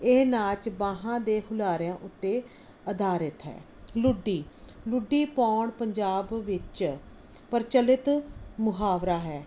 ਇਹ ਨਾਚ ਬਾਹਾਂ ਦੇ ਹੁਲਾਰਿਆਂ ਉੱਤੇ ਆਧਾਰਿਤ ਹੈ ਲੁੱਡੀ ਲੁੱਡੀ ਪਾਉਣ ਪੰਜਾਬ ਵਿੱਚ ਪ੍ਰਚਲਿਤ ਮੁਹਾਵਰਾ ਹੈ